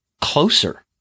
closer